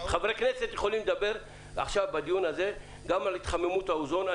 חברי הכנסת יכולים לדבר בדיון הזה גם על התחממות האוזון.